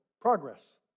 progress